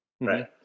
Right